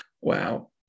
wow